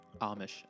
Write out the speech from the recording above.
amish